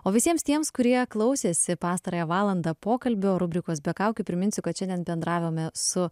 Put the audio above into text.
o visiems tiems kurie klausėsi pastarąją valandą pokalbio rubrikos be kaukių priminsiu kad šiandien bendravome su